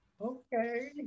okay